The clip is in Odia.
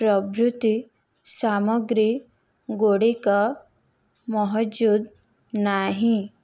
ପ୍ରଭୃତି ସାମଗ୍ରୀଗୁଡ଼ିକ ମହଜୁଦ ନାହିଁ